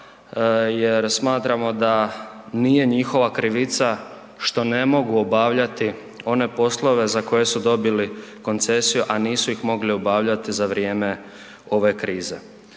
jer smatramo da nije njihova krivica što ne mogu obavljati one poslove za koje su dobili koncesiju, a nisu ih mogli obavljati za vrijeme one krize.